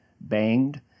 banged